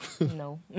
No